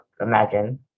imagine